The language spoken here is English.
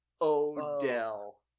Odell